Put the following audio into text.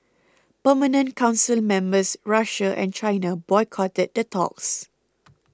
permanent council members Russia and China boycotted the talks